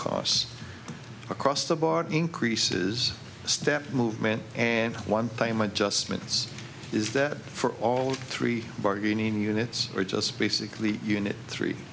costs across the board increases step movement and one payment just means is that for all three bargaining units or just basically unit three